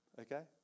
Okay